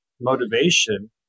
motivation